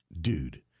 dude